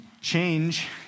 Change